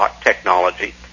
technology